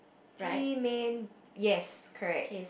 three main yes correct